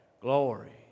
Glory